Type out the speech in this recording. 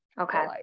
Okay